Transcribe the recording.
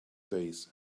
days